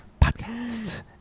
Podcast